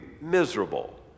miserable